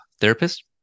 therapist